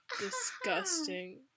Disgusting